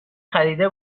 خریده